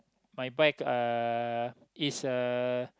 my bike uh is uh